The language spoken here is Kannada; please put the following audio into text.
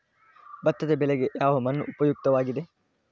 ಭತ್ತದ ಬೆಳೆಗೆ ಯಾವ ಮಣ್ಣು ಉಪಯುಕ್ತವಾಗಿದೆ?